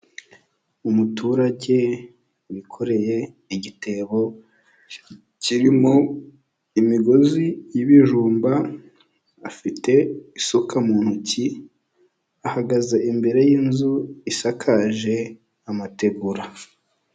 Umuturage wikoreye igitebo kirimo imigozi y'ibijumba afite isuka mu ntoki, ahagaze imbere y'inzu isakaje amategura.